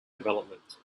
development